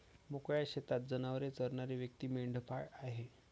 मोकळ्या शेतात जनावरे चरणारी व्यक्ती मेंढपाळ आहे